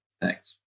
Thanks